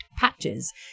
patches